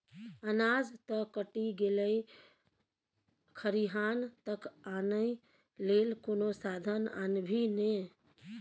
अनाज त कटि गेलै खरिहान तक आनय लेल कोनो साधन आनभी ने